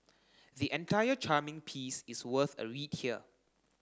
the entire charming piece is worth a read here